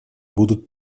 будут